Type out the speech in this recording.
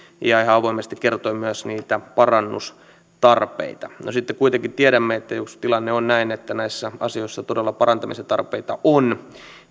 ja ihan avoimesti kertoi myös niitä parannustarpeita no sitten kuitenkin tiedämme että jos tilanne on näin että näissä asioissa todella parantamisen tarpeita on